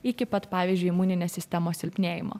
iki pat pavyzdžiui imuninės sistemos silpnėjimo